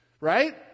Right